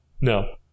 No